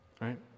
right